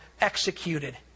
executed